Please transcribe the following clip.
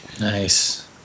Nice